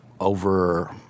over